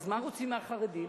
אז מה רוצים מהחרדים?